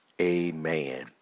Amen